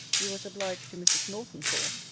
you was obliged to mrs. norton for,